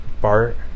Bart